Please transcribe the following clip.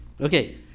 Okay